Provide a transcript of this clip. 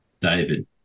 David